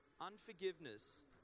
Unforgiveness